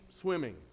swimming